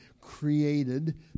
created